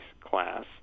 class